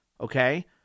okay